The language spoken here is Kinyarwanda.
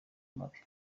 mabi